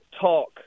talk